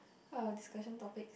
how our discussion topics